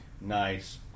nice